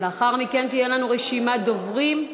לאחר מכן תהיה לנו רשימת דוברים.